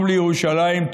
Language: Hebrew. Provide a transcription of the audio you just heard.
טוב לירושלים,